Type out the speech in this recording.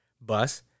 bus